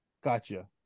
gotcha